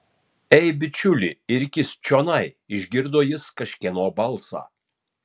ei bičiuli irkis čionai išgirdo jis kažkieno balsą